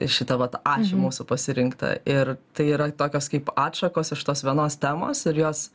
šitą vat ašį mūsų pasirinktą ir tai yra tokios kaip atšakos iš tos vienos temos ir jos